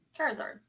Charizard